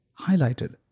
highlighted